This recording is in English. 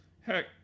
Heck